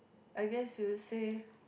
I guess you would say